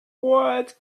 what